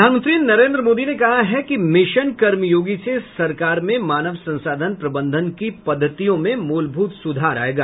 प्रधानमंत्री नरेंद्र मोदी ने कहा है कि मिशन कर्मयोगी से सरकार में मानव संसाधन प्रबंधन की पद्धतियों में मूलभूत सुधार आएगा